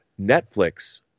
Netflix